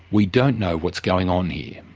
we don't know what's going on here.